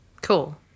cool